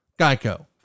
Geico